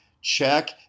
Check